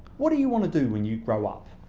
what do you want to do when you grow up?